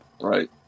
Right